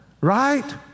Right